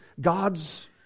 God's